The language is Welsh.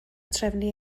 trefnu